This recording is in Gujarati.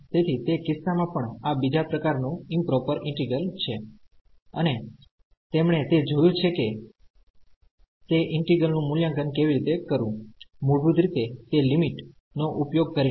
તેથી તે કિસ્સામાં પણ આ બીજા પ્રકારનું ઈમપ્રોપર ઈન્ટિગ્રલછે અને તેમણે તે જોયું છે કે તે ઈન્ટિગ્રલનું મૂલ્યાંકન કેવી રીતે કરવું મૂળભૂત રીતે તે લિમિટ નો ઉપયોગ કરીને